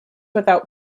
without